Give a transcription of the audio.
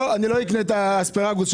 אני לא אקנה אספרגוס,